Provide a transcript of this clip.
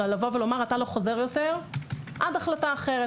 אלא לומר אתה לא חוזר יותר עד החלטה אחרת,